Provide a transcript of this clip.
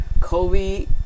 Kobe